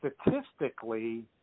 statistically